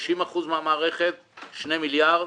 50 אחוזים מהמערכת 2 מיליארד,